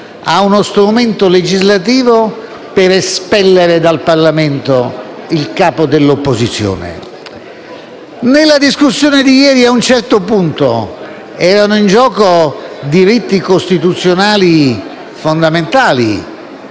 un uno strumento legislativo per espellere dal Parlamento il capo dell'opposizione. Nella discussione di ieri, ad un certo punto, erano in gioco diritti costituzionali fondamentali: